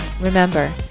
remember